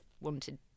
wanted